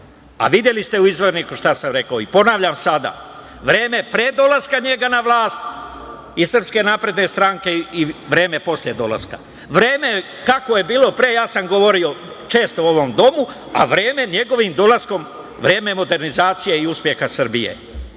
Videli ste u „Izvorniku“ šta sam rekao i ponavljam sada – vreme pre dolaska njega na vlast i SNS i vreme posle dolaska. Vreme kako je bilo pre ja sam govorio često u ovom domu, a vreme njegovim dolaskom, vreme je modernizacije i uspeha Srbije.